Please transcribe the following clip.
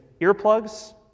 earplugs